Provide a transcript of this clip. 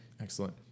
Excellent